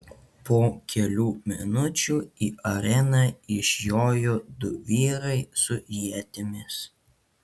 po kelių minučių į areną išjoja du vyrai su ietimis